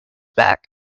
back